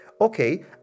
okay